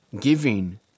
Giving